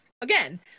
again